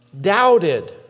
doubted